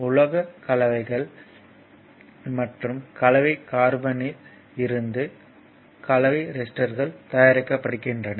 உலோகக் கலவைகள் மற்றும் கலவை கார்பன் இல் இருந்து கலவை ரெசிஸ்டர்கள் தயாரிக்கப்படுகின்றன